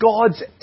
God's